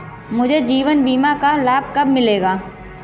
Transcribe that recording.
मुझे जीवन बीमा का लाभ कब मिलेगा?